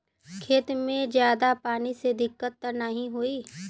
खेत में ज्यादा पानी से दिक्कत त नाही होई?